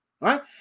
right